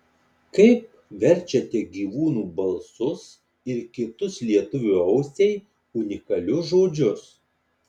kaip verčiate gyvūnų balsus ir kitus lietuvio ausiai unikalius žodžius